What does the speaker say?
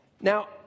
Now